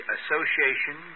Association